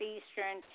Eastern